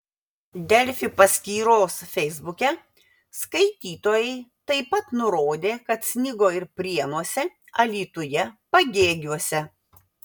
delfi paskyros feisbuke skaitytojai taip pat nurodė kad snigo ir prienuose alytuje pagėgiuose